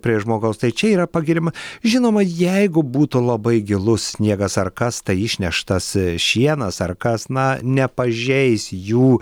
prie žmogaus tai čia yra pagiriama žinoma jeigu būtų labai gilus sniegas ar kas tai išneštas šienas ar kas na nepažeis jų